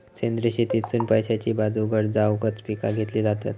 सेंद्रिय शेतीतसुन पैशाची बाजू घट जावकच पिका घेतली जातत